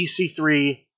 EC3